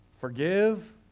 Forgive